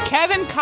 Kevin